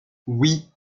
oui